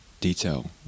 detail